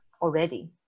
already